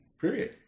period